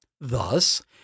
Thus